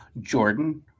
Jordan